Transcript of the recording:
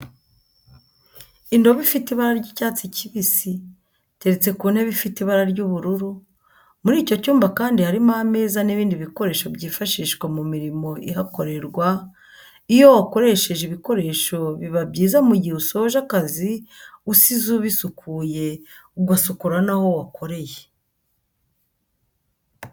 Indobo ifite ibara ry'icyatsi kibisi, iteretse ku ntebe ifite ibara ry'ubururu, muri icyo cyumba kandi harimo ameza n'ibindi bikoresho byifashishwa mu mirimo ihakorerwa, iyo wakoresheje ibikoresho biba byiza mu gihe usoje akazi usize ubisukuye ugasukura naho wakoreye.